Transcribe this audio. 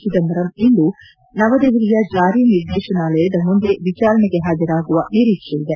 ಚಿದಂಬರಂ ಇಂದು ನವದೆಹಲಿಯ ಜಾರಿ ನಿರ್ದೇಶನಾಲಯದ ಮುಂದೆ ವಿಚಾರಣೆಗೆ ಹಾಜರಾಗುವ ನಿರೀಕ್ಷೆ ಇದೆ